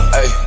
Hey